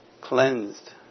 cleansed